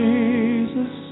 Jesus